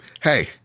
Hey